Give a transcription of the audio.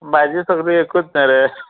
भाजी सगलीं एकूच न्ही रे